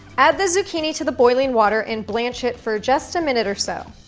add the zucchini to the boiling water and blanch it for just a minute or so.